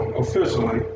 officially